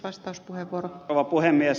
arvoisa rouva puhemies